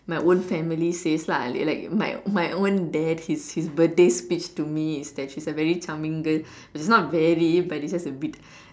my own family says lah like my my own dad his his birthday speech to me is that she's a very charming girl it's not very but it just a bit